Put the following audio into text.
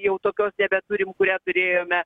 jau tokios nebeturim kurią turėjome